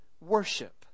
worship